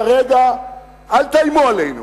כרגע אל תאיימו עלינו.